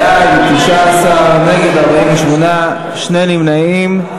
בעד, 19, נגד, 48, שני נמנעים.